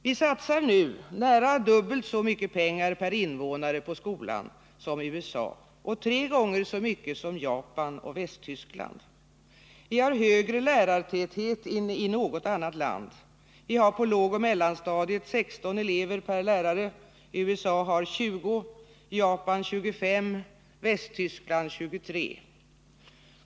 Vi satsar nu nära dubbelt så mycket pengar per invånare på skolan som USA och tre gånger så mycket som Japan och Västtyskland. Vi har högre lärartäthet än i något annat land. Vi har på lågoch mellanstadiet 16 elever per lärare, medan USA har 20, Japan 25 och Västtyskland 23.